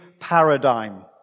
Paradigm